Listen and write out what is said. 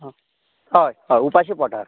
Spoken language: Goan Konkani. हय हय उपाशी पोटार